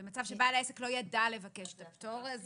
במצב שבעל העסק לא ידע לבקש את הפטור.